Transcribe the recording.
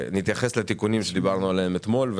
ונתייחס לתיקונים שדיברנו עליהם אתמול,